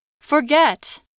Forget